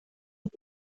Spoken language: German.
und